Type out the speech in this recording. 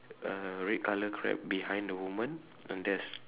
uh red colour crab behind the woman and there's